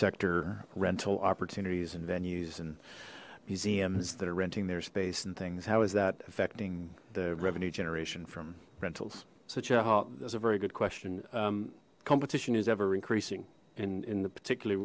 sector rental opportunities and venues and museums that are renting their space and things how is that affecting the revenue generation from rentals so chair ha there's a very good question competition is ever increasing in in particularly